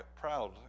proud